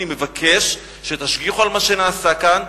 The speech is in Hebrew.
אני מבקש שתשגיחו על מה שנעשה כאן,